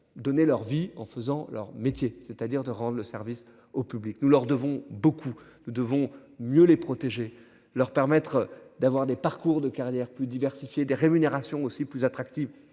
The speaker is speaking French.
donné leur vie en faisant leur métier, c'est-à-dire de rendre le service au public. Nous leur devons beaucoup. Nous devons mieux les protéger leur permettre d'avoir des parcours de carrière plus diversifié des rémunérations aussi plus attractive.